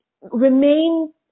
remain